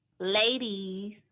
Ladies